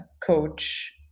coach